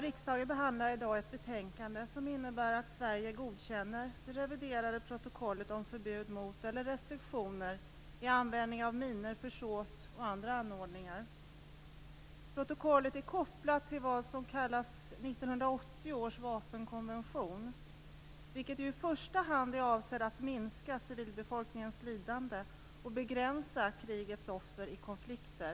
Riksdagen behandlar i dag ett betänkande som innebär att Sverige godkänner det reviderade protokollet om förbud mot eller restriktioner i användningen av minor, försåt och andra anordningar. Protokollet är kopplat till vad som kallas 1980 års vapenkonvention, som i första hand är avsedd att minska civilbefolkningens lidande och begränsa krigets offer i konflikter.